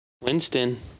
Winston